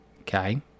Okay